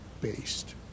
based